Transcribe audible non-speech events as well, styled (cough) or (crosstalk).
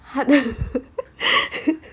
!huh! the (laughs)